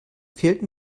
fehlten